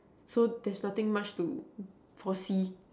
so that's nothing much to foresee